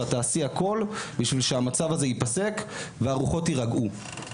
שאת תעשי הכל בשביל שהמצב הזה ייפסק והרוחות יירגעו.